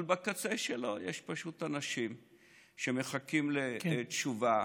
אבל בקצה שלו יש פשוט אנשים שמחכים לתשובה,